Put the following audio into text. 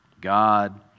God